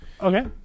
Okay